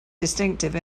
distinctive